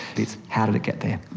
it's how did it get there.